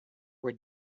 were